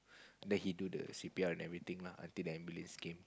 then he do the C_P_R and everything lah until the ambulance came